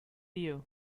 you